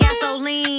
Gasoline